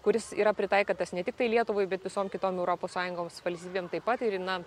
kuris yra pritaikytas ne tiktai lietuvai bet visom kitom europos sąjungos valstybėm taip pat ir na